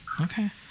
Okay